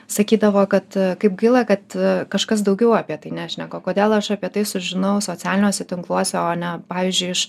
sakydavo kad kaip gaila kad kažkas daugiau apie tai nešneka kodėl aš apie tai sužinau socialiniuose tinkluose o ne pavyzdžiui iš